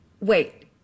wait